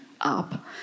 up